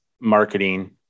marketing